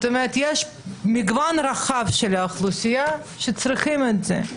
כלומר, מגוון רחב באוכלוסייה צריכים את זה.